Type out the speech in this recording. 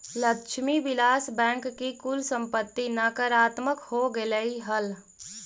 Lakshmi Vilas bank की कुल संपत्ति नकारात्मक हो गेलइ हल